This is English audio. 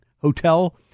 hotel